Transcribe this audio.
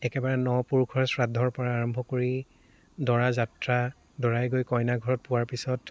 একেবাৰে ন পুৰুষৰ শ্ৰাদ্ধৰ পৰা আৰম্ভ কৰি দৰা যাত্ৰা দৰাই গৈ কইনা ঘৰত পোৱাৰ পিছত